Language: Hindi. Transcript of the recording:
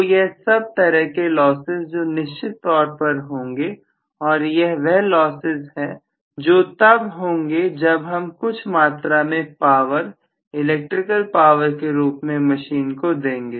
तो यह सब तरह के लॉसेस जो निश्चित तौर पर होंगे और यह वह लॉसेस है जो तब होंगे जब हम कुछ मात्रा में पावर इलेक्ट्रिकल पावर के रूप में मशीन को देंगे